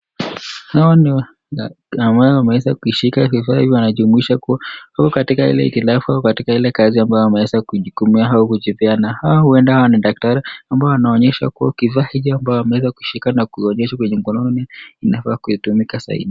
Hawa ni watu wameweza kushika vifaa hivi wanajumuisha kuwa wako katika ile hitilafu, wako katika ile kazi ambayo wameweza kujitumia au kujipeana. Hawa huenda hawa ni daktari ambao wanaonyesha kuwa kifaa hicho ambacho wameweza kushika na kuonyesha kwenye mkononi inafaa kutumika zaidi.